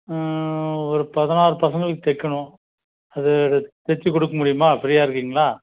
ஒரு பதினாறு பசங்களுக்கு தைக்கணும் அது தைச்சிக் கொடுக்க முடியுமா ஃப்ரீயாக இருக்கிங்களா